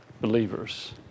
believers